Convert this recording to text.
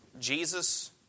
Jesus